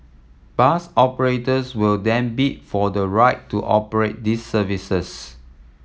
bus operators will then bid for the right to operate these services